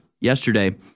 yesterday